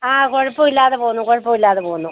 ആ കുഴപ്പം ഇല്ലാതെ പോവുന്നു കുഴപ്പം ഇല്ലാതെ പോവുന്നു